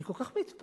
אני כל כך מתפעלת,